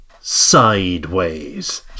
Sideways